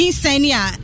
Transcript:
senior